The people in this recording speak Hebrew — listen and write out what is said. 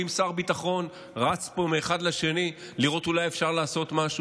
רואים שר ביטחון רץ פה מאחד לשני לראות אולי אפשר לעשות משהו,